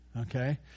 Okay